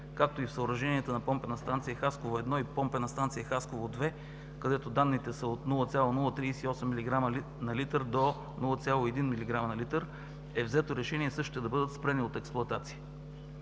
както и в съоръженията на помпена станция „Хасково 1“ и помпена станция „Хасково 2“, където данните са от 0,038 мг/л до 0,1 мг/л, е взето решение същите да бъдат спрени от експлоатация.